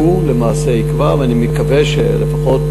הוא למעשה יקבע, ואני מקווה שלפחות